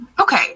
Okay